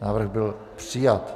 Návrh byl přijat.